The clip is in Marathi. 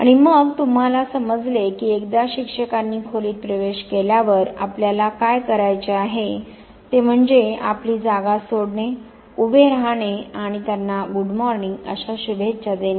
आणि मग तुम्हाला समजले की एकदा शिक्षकांनी खोलीत प्रवेश केल्यावर आपल्याला काय करायचे आहे ते म्हणजे आपली जागा सोडणे उभे रहाणे आणि त्यांना गुड मॉर्निंग अशा शुभेच्छा देणे